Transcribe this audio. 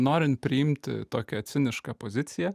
norint priimti tokią cinišką poziciją